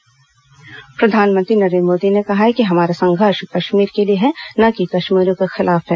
प्रधानमंत्री कश्मीर प्रधानमंत्री नरेन्द्र मोदी ने कहा है कि हमारा संघर्ष कश्मीर के लिए है न कि कश्मीरियों के खिलाफ है